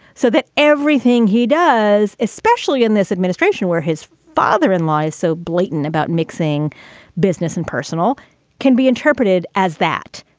so that everything he does, especially in this administration, where his father in law is so blatant about mixing business and personal can be interpreted as that.